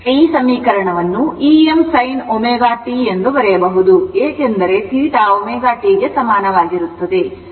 ಈ ಸಮೀಕರಣವನ್ನು Em sin ω t ಎಂದು ಬರೆಯಬಹುದು ಏಕೆಂದರೆ θ ωt ಗೆ ಸಮಾನವಾಗಿರುತ್ತದೆ